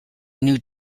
new